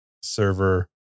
server